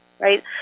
right